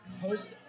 host